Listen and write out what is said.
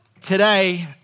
today